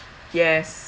yes